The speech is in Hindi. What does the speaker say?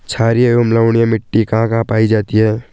छारीय एवं लवणीय मिट्टी कहां कहां पायी जाती है?